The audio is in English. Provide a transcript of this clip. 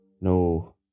No